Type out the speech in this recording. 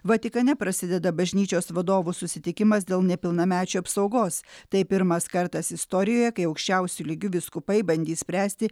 vatikane prasideda bažnyčios vadovų susitikimas dėl nepilnamečių apsaugos tai pirmas kartas istorijoje kai aukščiausiu lygiu vyskupai bandys spręsti